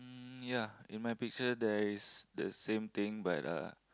mm a in my picture there is the same thing but uh